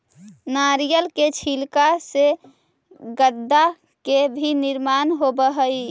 नारियर के छिलका से गद्दा के भी निर्माण होवऽ हई